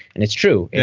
and it's true. yeah